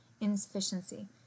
insufficiency